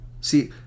See